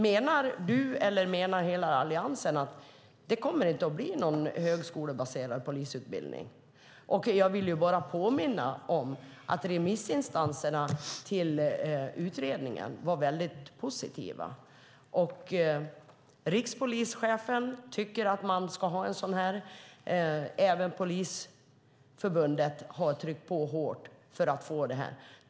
Menar Roger Haddad eller hela Alliansen att det inte kommer att bli någon högskolebaserad polisutbildning? Jag vill påminna om att remissinstanserna var mycket positiva till utredningen. Rikspolischefen tycker att man ska ha en sådan, och även Polisförbundet har tryckt på hårt för att få det.